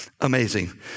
amazing